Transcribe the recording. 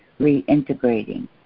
reintegrating